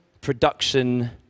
production